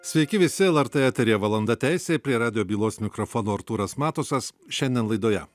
sveiki visi lrt eteryje valanda teisei prie radijo bylos mikrofono artūras matusas šiandien laidoje